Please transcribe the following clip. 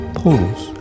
pause